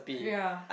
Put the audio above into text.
ya